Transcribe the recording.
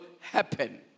happen